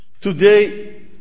Today